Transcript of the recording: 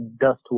dust